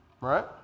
right